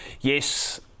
yes